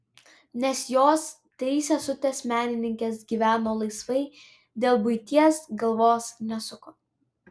nes jos trys sesutės menininkės gyveno laisvai dėl buities galvos nesuko